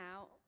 out